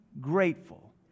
grateful